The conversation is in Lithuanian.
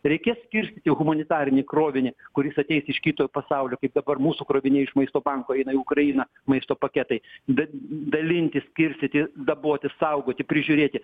reikės skirstyti humanitarinį krovinį kuris ateis iš kito pasaulio kaip dabar mūsų kroviniai iš maisto banko eina į ukrainą maisto paketai bet dalinti skirstyti daboti saugoti prižiūrėti